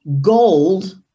gold